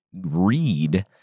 read